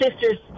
sisters